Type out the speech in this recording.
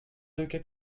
quelque